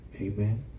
Amen